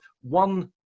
one